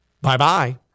Bye-bye